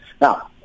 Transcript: Now